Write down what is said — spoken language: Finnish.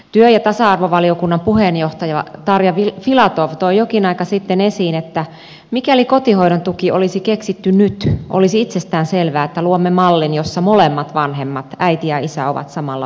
työ ja tasa arvovaliokunnan puheenjohtaja tarja filatov toi jokin aika sitten esiin että mikäli kotihoidon tuki olisi keksitty nyt olisi itsestään selvää että luomme mallin jossa molemmat vanhemmat äiti ja isä ovat samalla viivalla